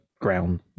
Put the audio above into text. ground